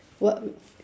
what